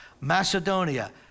Macedonia